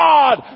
God